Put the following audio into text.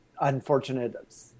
unfortunate